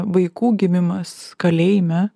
vaikų gimimas kalėjime